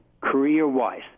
career-wise